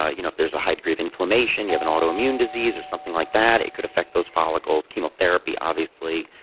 ah you know if there's a high degree of inflammation, you have an autoimmune disease, or something like that, it could affect those follicles. chemotherapy obviously,